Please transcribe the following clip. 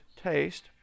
taste